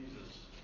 Jesus